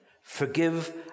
Forgive